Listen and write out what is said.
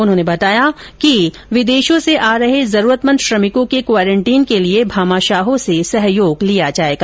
उन्होंने बताया कि विदेशों से आ रहे जरूरतमंद श्रमिकों के क्वारेंटीन के लिए भामाशाहों से सहयोग लिया जायेगा